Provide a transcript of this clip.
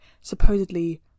supposedly